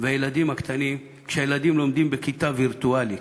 וילדיו הקטנים, כשהילדים לומדים בכיתה וירטואלית,